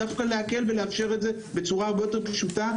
דווקא להקל ולאפשר את זה בצורה הרבה יותר פשוטה.